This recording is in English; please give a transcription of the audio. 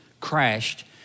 crashed